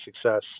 success